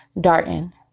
Darton